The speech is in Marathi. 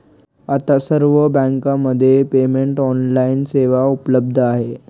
आता सर्व बँकांमध्ये पेमेंट ऑनलाइन सेवा उपलब्ध आहे